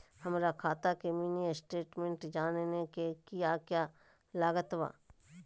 हमरा खाता के मिनी स्टेटमेंट जानने के क्या क्या लागत बा?